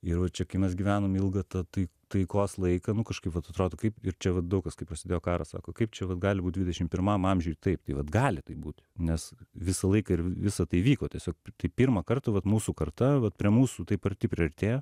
ir va čia kai mes gyvenom ilgą tą tai taikos laiką nu kažkaip vat atrodo kaip ir čia daug kas kai prasidėjo karas sako kaip čia vat gali būt dvidešim pirmam amžiuj taip tai vat gali taip būti nes visą laiką ir visa tai vyko tiesiog tai pirmą kartą vat mūsų karta vat prie mūsų taip arti priartėjo